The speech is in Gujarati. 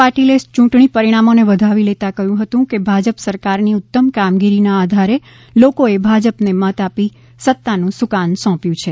પાટિલે ચૂંટણી પરિણામો ને વધાવી લેતા કહ્યું હતું કે ભાજપ સરકાર ની ઉત્તમ કામગીરી ના આધારે લોકો એ ભાજપ ને મત આપી સત્તા નું સુકાન સોંપ્યું છે